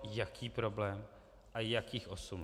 Jaký problém a jakých osm let.